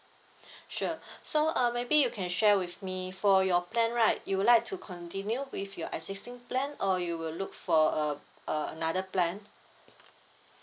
sure so uh maybe you can share with me for your plan right you would like to continue with your existing plan or you will look for a another plan